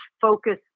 focus